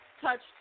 touched